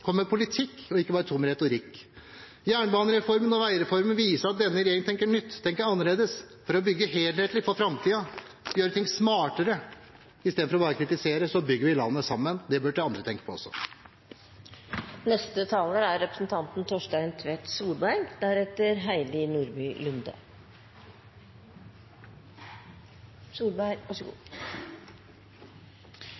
Kom med politikk, ikke bare tom retorikk. Jernbanereformen og veireformene viser at denne regjeringen tenker nytt og annerledes for å bygge helhetlig for framtiden, for å gjøre ting smartere. Istedenfor bare å kritisere bygger vi landet sammen. Det burde andre tenke på